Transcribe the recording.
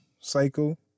cycle